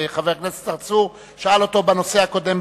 חבר הכנסת צרצור שאל אותו בנושא הקודם,